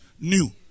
new